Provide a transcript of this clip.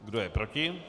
Kdo je proti?